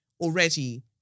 already